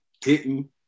hitting